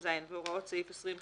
20ז והוראות סעיף 20ח(ב)